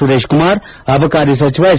ಸುರೇಶ್ ಕುಮಾರ್ ಅಬಕಾರಿ ಸಚಿವ ಎಚ್